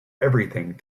everything